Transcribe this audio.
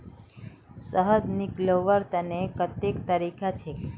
शहद निकलव्वार तने कत्ते तरीका छेक?